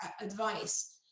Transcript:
advice